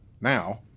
Now